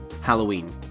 Halloween